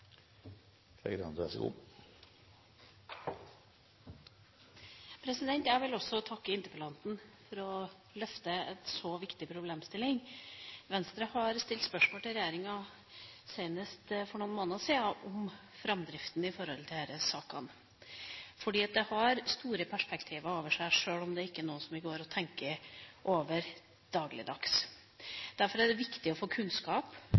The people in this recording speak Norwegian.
løfte en så viktig problemstilling. Venstre har, senest for noen måneder siden, stilt spørsmål til regjeringa om framdriften i disse sakene fordi det har store perspektiver over seg, sjøl om det ikke er noe som vi går og tenker over til daglig. Derfor er det viktig å få kunnskap,